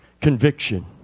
Conviction